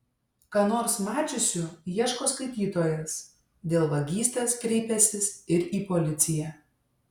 ką nors mačiusių ieško skaitytojas dėl vagystės kreipęsis ir į policiją